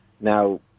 now